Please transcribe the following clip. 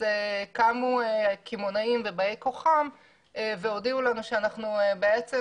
קמו קמעונאים ובאי כוחם והודיעו לנו שאנחנו חורגים